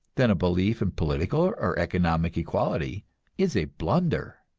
then a belief in political or economic equality is a blunder.